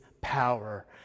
power